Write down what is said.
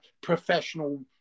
professional